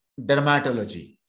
dermatology